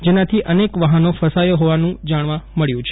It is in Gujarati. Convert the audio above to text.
જેનાથી અનેક વાહનો ફસાયા હોવાનું જાણવ મળ્યું છે